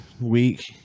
week